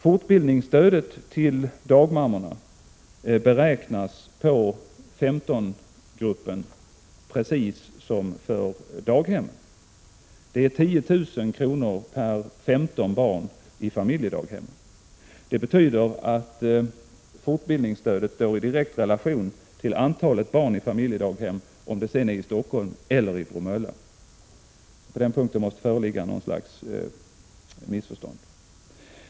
Fortbildningsstödet till dagmammor beräknas på 15-gruppen precis som för daghemmen. Det är 10 000 kr. per 15 barn i familjedaghemmen. Det betyder att fortbildningsstödet står i direkt relation till antalet barn i familjedaghem, vare sig det är i Stockholm eller i Bromölla. På den punkten måste det föreligga något slags missförstånd.